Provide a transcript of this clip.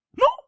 No